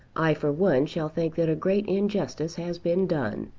i for one shall think that a great injustice has been done.